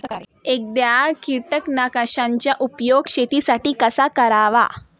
एखाद्या कीटकनाशकांचा उपयोग शेतीसाठी कसा करावा?